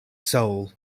soul